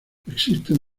existen